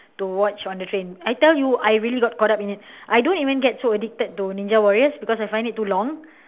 to watch on the train I tell you I really got caught up in it I don't even get so addicted to ninja warrior because I find it too long